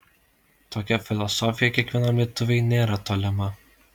tokia filosofija kiekvienam lietuviui nėra tolima